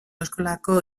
eskolako